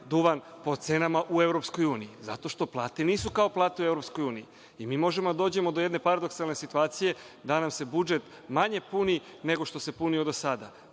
duvan po cenama u EU zato što plate nisu kao plate u EU. Mi možemo da dođemo do jedne paradoksalne situacije da nam se budžet manje puni nego što se punio do sada.